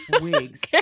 wigs